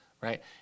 right